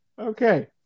okay